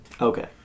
Okay